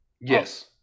Yes